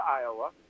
Iowa